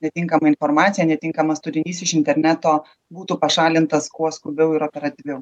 netinkama informacija netinkamas turinys iš interneto būtų pašalintas kuo skubiau ir operatyviau